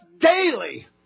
daily